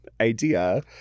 Idea